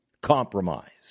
compromised